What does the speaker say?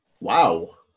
Wow